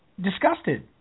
disgusted